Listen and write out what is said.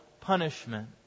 punishment